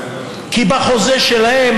כי בחוזה שלהן,